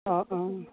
অঁ অঁ